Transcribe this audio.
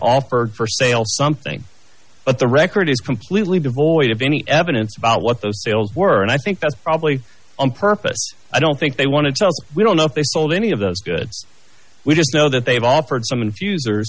offered for sale something but the record is completely devoid of any evidence about what those sales were and i think that's probably on purpose i don't think they wanted to we don't know if they sold any of those goods we just know that they've offered some infuser and there's